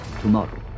tomorrow